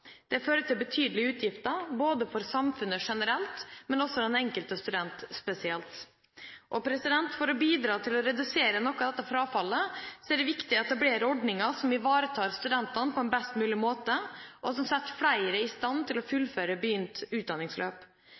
Det fører til betydelige utgifter, både for samfunnet generelt og for den enkelte student spesielt. For å bidra til å redusere noe av dette frafallet er det viktig å etablere ordninger som ivaretar studentene på best mulig måte, og som setter flere i stand til å fullføre begynt utdanningsløp.